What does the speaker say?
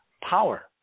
power